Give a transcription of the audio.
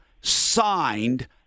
signed